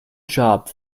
job